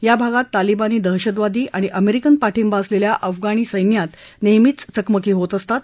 या भागात तालीबानी दहशतवादी आणि अमेरिकन पाठिंबा असलेल्या अफगाणी सैन्यात नेहमीच चकमकी होत असतात